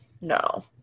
no